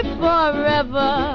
forever